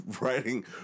writing